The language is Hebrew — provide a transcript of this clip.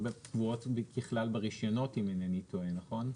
קבועות ככלל ברישיונות אם אינני טועה, נכון?